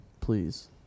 please